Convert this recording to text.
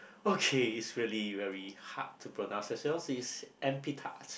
okay it's really very hard to pronounce as well so it's